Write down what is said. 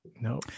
No